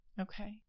Okay